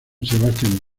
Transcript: sebastian